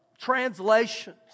translations